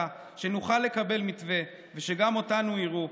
כדי שנוכל לקבל מתווה ושגם אותנו יראו,